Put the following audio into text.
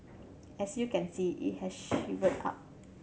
as you can see it has shrivelled up